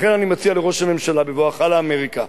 לכן אני מציע לראש הממשלה: בבואך לאמריקה,